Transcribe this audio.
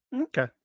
okay